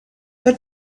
but